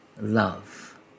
Love